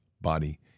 body